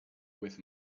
with